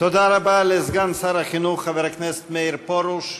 תודה רבה לסגן שר החינוך חבר הכנסת מאיר פרוש.